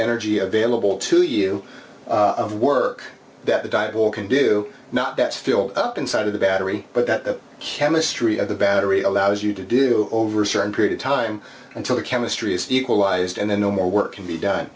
energy available to you work that the diebold ready can do not that fill up inside of the battery but that the chemistry of the battery allows you to do ready over a certain period of time until the chemistry is equalized and then no more work can be done